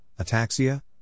ataxia